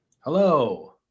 Hello